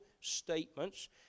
statements